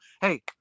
Hey